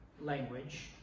language